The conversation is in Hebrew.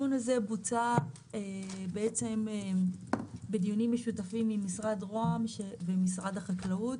בוצע בדיונים משותפים עם משרד רוה"מ ומשרד החקלאות